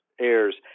airs